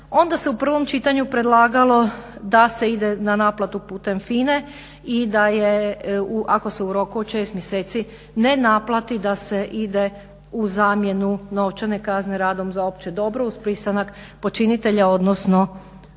Onda se u prvom čitanju predlagao da se ide na naplatu putem Fine i da je ako se u roku od 6 mjeseci ne naplati da se ide u zamjenu novčane kazne radom za opće dobro uz pristanak počinitelja odnosno